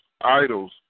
idols